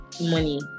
money